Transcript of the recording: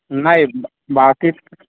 नाही बा बाकी